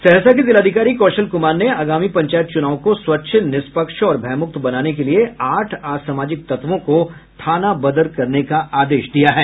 सहरसा के जिलाधिकारी कौशल कुमार ने आगामी पंचायत चुनाव को स्वच्छ निष्पक्ष और भयमुक्त बनाने के लिये आठ असामाजिक तत्वों को थाना बदर करने का आदेश दिया है